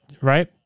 right